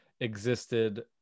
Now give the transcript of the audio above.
existed